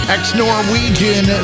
Ex-Norwegian